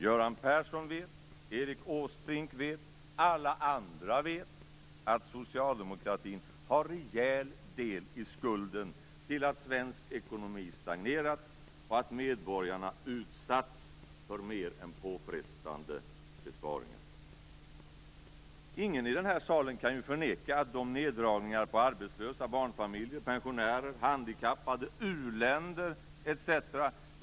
Göran Persson, Erik Åsbrink och alla andra vet att socialdemokraterna har en rejäl del i skulden till att svensk ekonomi har stagnerat och att medborgarna har utsatts för mer än påfrestande besparingar. Ingen i den här salen kan ju förneka att de neddragningar på arbetslösa, barnfamiljer, pensionärer, handikappade, u-länder etc.